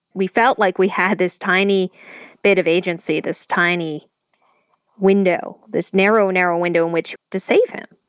we felt like we had this tiny bit of agency, this tiny window, this narrow, narrow window in which to save him.